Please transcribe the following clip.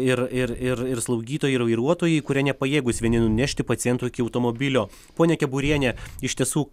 ir ir ir ir slaugytojai ir vairuotojai kurie nepajėgūs vieni nunešti paciento iki automobilio ponia keburiene iš tiesų